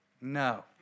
No